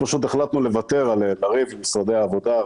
פשוט החלטנו לוותר על הריב עם משרדי העבודה,